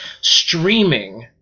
streaming